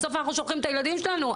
בסוף, אנחנו שולחים את הילדים שלנו.